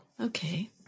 okay